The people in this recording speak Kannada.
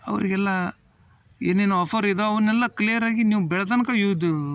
ಅವ್ರಿಗೆಲ್ಲ ಏನೇನು ಆಫರ್ ಇದಾವೆ ಅವನ್ನೆಲ್ಲ ಕ್ಲಿಯರಾಗಿ ನೀವು ಬೆಳೆ ತನ್ಕ ಇವ್ದು